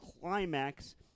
climax